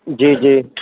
जी जी